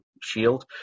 shield